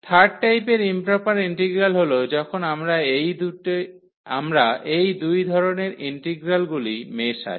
third টাইপের improper integral হল যখন আমরা এই দুই ধরণের ইন্টিগ্রালগুলি মেশাই